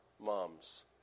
moms